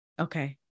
Okay